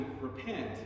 repent